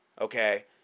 Okay